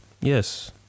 Yes